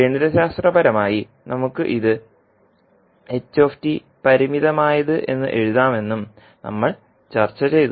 ഗണിതശാസ്ത്രപരമായി നമുക്ക് ഇത് finite പരിമിതമായ5 എന്ന് എഴുതാമെന്നും നമ്മൾ ചർച്ച ചെയ്തു